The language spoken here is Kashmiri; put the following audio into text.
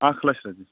اکھ لچھ رۄپیہِ